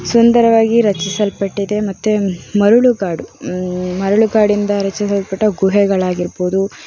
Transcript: ಸುಂದರವಾಗಿ ರಚಿಸಲ್ಪಟ್ಟಿದೆ ಮತ್ತು ಮರಳುಗಾಡು ಮರಳುಗಾಡಿಂದ ರಚಿಸಲ್ಪಟ್ಟ ಗುಹೆಗಳಾಗಿರ್ಬೋದು